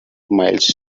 miles